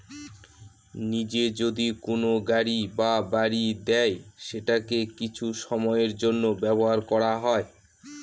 নিজে যদি কোনো গাড়ি বা বাড়ি দেয় সেটাকে কিছু সময়ের জন্য ব্যবহার করা হয়